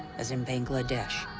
as in bangladesh.